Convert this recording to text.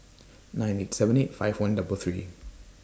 nine eight seven eight five one double three